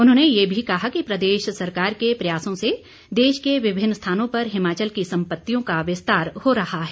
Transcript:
उन्होंने ये भी कहा कि प्रदेश सरकार के प्रयासों से देश के विभिन्न स्थानों पर हिमाचल की सम्पत्तियों का विस्तार हो रहा है